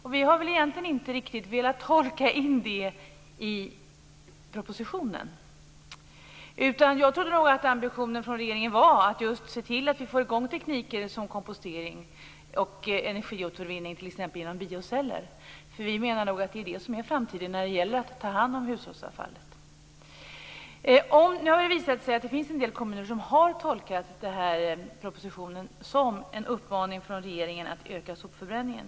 Detta har inte Miljöpartiet heller velat tolka in i propositionen. Jag trodde att ambitionen från regeringen var att se till att vi får i gång tekniker som kompostering och energiåtervinning t.ex. genom bioceller. Miljöpartiet menar nämligen att det är det som är framtiden när det gäller att ta hand om hushållsavfallet. Det har visat sig att det finns en del kommuner som har tolkat propositionen som en uppmaning från regeringen att öka sopförbränningen.